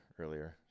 earlier